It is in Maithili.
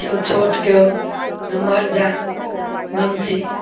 केओ छोट केओ नमहर जाल बंसी